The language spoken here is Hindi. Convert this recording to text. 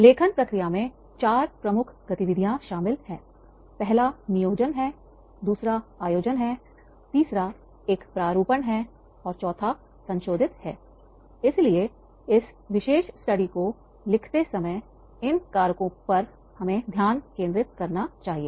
लेखन प्रक्रिया में चार प्रमुख गतिविधियां शामिल हैं पहला नियोजन है दूसरा आयोजन हैतीसरा एक प्रारूपण है और चौथा संशोधित है इसलिए इस विशेष स्टडी को लिखते समय इन कारकों पर हमें ध्यान केंद्रित करना चाहिए